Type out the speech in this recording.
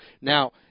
now